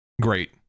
Great